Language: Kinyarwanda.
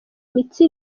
imitsi